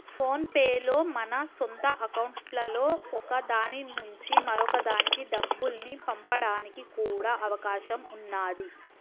phone pay లో మన సొంత అకౌంట్లలో ఒక దాని నుంచి మరొక దానికి డబ్బుల్ని పంపడానికి కూడా అవకాశం ఉన్నాది